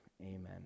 amen